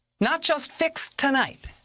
not just fix tonight.